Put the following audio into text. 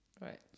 Right